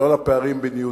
לא לפערים בין יהודים,